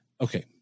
Okay